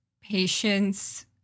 patience